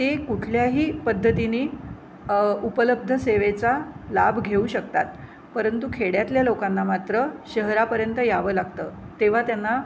ते कुठल्याही पद्धतीनी उपलब्ध सेवेचा लाभ घेऊ शकतात परंतु खेड्यातल्या लोकांना मात्र शहरापर्यंत यावं लागतं तेव्हा त्यांना